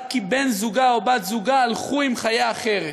כי בן-זוגה או בת-זוגה הלכו עם חיה אחרת.